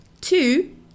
Two